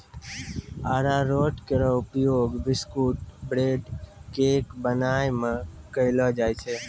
अरारोट केरो उपयोग biscuit, bread, cake बनाय म कयलो जाय छै